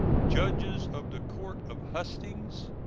judges of the court of hustings,